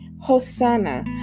Hosanna